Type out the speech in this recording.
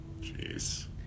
Jeez